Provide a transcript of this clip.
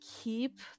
Keep